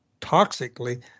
toxically